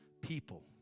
people